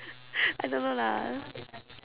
I don't know lah